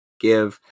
give